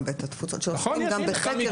גם בית התפוצות שעוסקים גם בחקר,